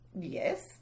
yes